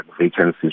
vacancies